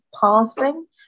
passing